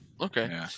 okay